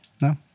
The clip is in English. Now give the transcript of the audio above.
No